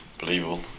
believable